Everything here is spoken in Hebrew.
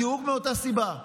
בדיוק מאותה הסיבה: